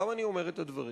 למה אני אומר את הדברים?